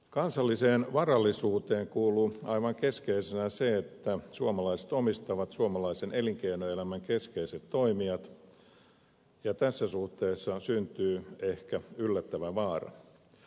kansalliseen varallisuuteen kuuluu aivan keskeisenä se että suomalaiset omistavat suomalaisen elinkeinoelämän keskeiset toimijat ja tässä suhteessa syntyy ehkä yllättävä vaara